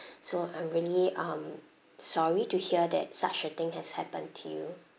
so I'm really um sorry to hear that such a thing has happened to you